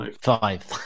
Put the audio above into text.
Five